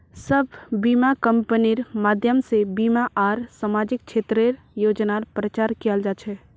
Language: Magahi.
सब बीमा कम्पनिर माध्यम से बीमा आर सामाजिक क्षेत्रेर योजनार प्रचार कियाल जा छे